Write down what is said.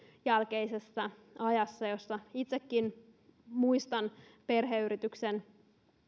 jälkeisessä ajassa itsekin muistan perheyrityksen